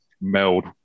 meld